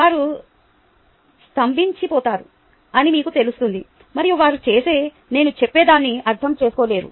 వారు స్తంబించి పోతారు అని మీకు తెలుస్తుంది మరియు వారు నేను చెప్పే దాన్ని అర్దంచేస్కోలేరు